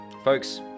Folks